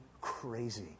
crazy